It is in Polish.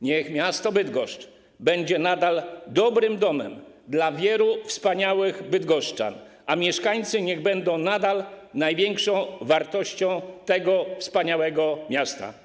Niech miasto Bydgoszcz będzie nadal dobrym domem dla wielu wspaniałych bydgoszczan, a mieszkańcy niech będą nadal największą wartością tego wspaniałego miasta.